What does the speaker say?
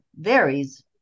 varies